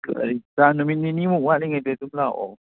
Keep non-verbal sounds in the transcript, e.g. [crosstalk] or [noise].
[unintelligible] ꯇꯥꯡ ꯅꯨꯃꯤꯠ ꯅꯤꯅꯤꯃꯨꯛ ꯋꯥꯠꯂꯤꯉꯩꯗꯒꯤ ꯑꯗꯨꯝ ꯂꯥꯛꯑꯣ